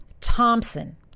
Thompson